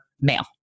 male